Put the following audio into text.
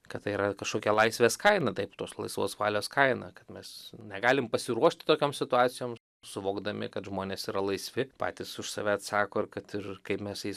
kad tai yra kažkokia laisvės kaina taip tos laisvos valios kaina kad mes negalim pasiruošti tokiom situacijom suvokdami kad žmonės yra laisvi patys už save atsako ir kad ir kaip mes jais